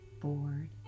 bored